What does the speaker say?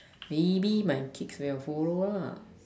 maybe my kids will follow lah